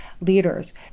leaders